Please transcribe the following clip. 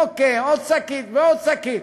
אוקיי, עוד שקית ועוד שקית.